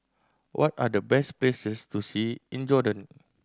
what are the best places to see in Jordan